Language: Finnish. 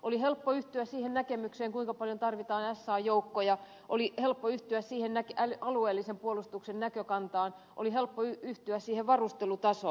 oli helppo yhtyä siihen näkemykseen kuinka paljon tarvitaan sa joukkoja oli helppo yhtyä siihen alueellisen puolustuksen näkökantaan oli helppo yhtyä siihen varustelutasoon